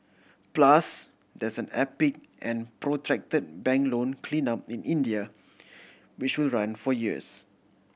plus there's an epic and protracted bank loan clean up in India which will run for years